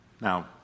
Now